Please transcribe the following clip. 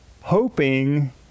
hoping